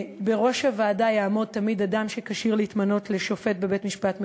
בראש הוועדה יעמוד תמיד אדם שכשיר להתמנות לשופט בבית-משפט מחוזי,